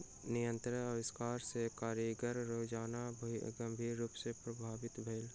यंत्रक आविष्कार सॅ कारीगरक रोजगार गंभीर रूप सॅ प्रभावित भेल